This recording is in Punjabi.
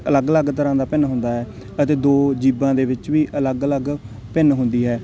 ਅਲੱਗ ਅਲੱਗ ਤਰ੍ਹਾਂ ਦਾ ਭਿੰਨ ਹੁੰਦਾ ਹੈ ਅਤੇ ਦੋ ਜੀਵਾਂ ਦੇ ਵਿੱਚ ਵੀ ਅਲੱਗਅਲੱਗ ਭਿੰਨ ਹੁੰਦੀ ਹੈ